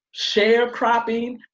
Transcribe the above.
sharecropping